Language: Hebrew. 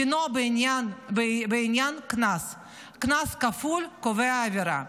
דינו בעניין, קנס כפול מהקבוע לעבירה.